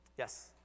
Yes